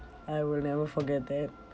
I will never forget that